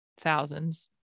thousands